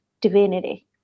divinity